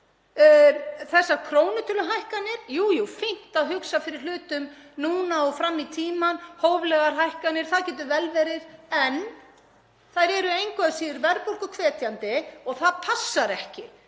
Þessar krónutöluhækkanir, jú, jú, fínt, að hugsa fyrir hlutum núna og fram í tímann, hóflegar hækkanir. Það getur vel verið. En þær eru engu að síður verðbólguhvetjandi og það passar ekki